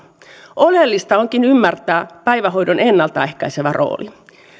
oleellista onkin ymmärtää päivähoidon ennalta ehkäisevä rooli